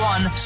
One